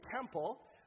temple